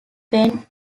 went